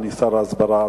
אדוני שר ההסברה,